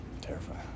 Terrifying